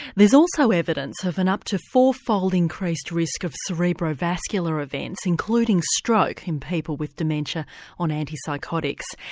there's also evidence of an up to fourfold increase risk of cerebrovascular events, including stroke, in people with dementia on antipsychotics.